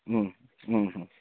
হুম হুম হুম